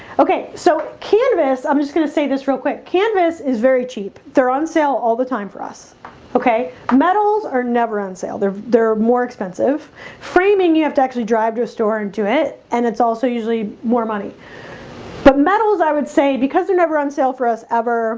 okay so canvas, i'm just gonna say this real quick canvas is very cheap. they're on sale all the time for us okay metals are never on sale. they're they're more expensive framing you have to actually drive to a store and do it and it's also usually more money but metals i would say because they're never on sale for us ever